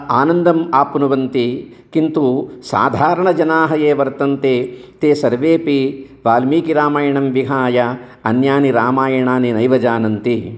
आनन्दम् आप्नुवन्ति किन्तु साधारणजनाः ये वर्तन्ते ते सर्वेऽपि वाल्मीकिरामायणं विहाय अन्यानि रामायणानि नैव जानन्ति